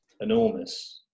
enormous